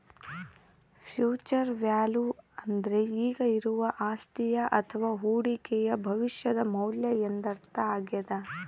future value ಅಂದ್ರೆ ಈಗ ಇರುವ ಅಸ್ತಿಯ ಅಥವ ಹೂಡಿಕೆಯು ಭವಿಷ್ಯದ ಮೌಲ್ಯ ಎಂದರ್ಥ ಆಗ್ಯಾದ